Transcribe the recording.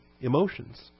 emotions